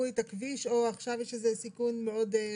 את הכביש או שיש איזה סיכון מאוד רציני.